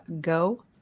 go